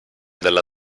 della